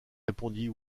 répondit